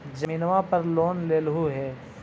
जमीनवा पर लोन लेलहु हे?